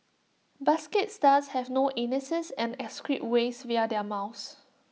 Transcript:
basket stars have no anuses and excrete waste via their mouths